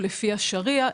או לפי השריעה.